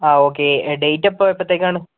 okay date അപ്പോൾ എപ്പോഴ്ത്തേക്കാണ്